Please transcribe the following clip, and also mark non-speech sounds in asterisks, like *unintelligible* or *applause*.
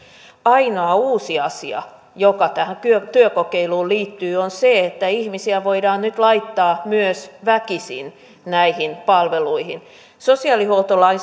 ainoa uusi asia joka tähän työkokeiluun liittyy on se että ihmisiä voidaan nyt laittaa myös väkisin näihin palveluihin sosiaalihuoltolain *unintelligible*